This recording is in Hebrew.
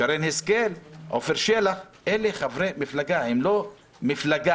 שרן השכל, עפר שלח, אלה חברי מפלגה, הם לא מפלגה.